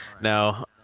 Now